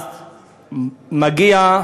אז מגיע,